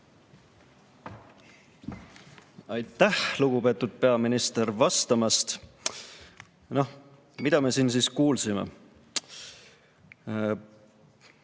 Aitäh, lugupeetud peaminister, vastamast! Mida me siin siis kuulsime?